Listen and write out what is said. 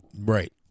Right